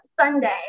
Sunday